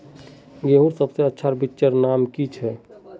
गेहूँर सबसे अच्छा बिच्चीर नाम की छे?